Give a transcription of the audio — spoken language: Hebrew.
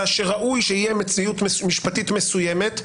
שראוי שתהיה מציאות משפטית מסוימת,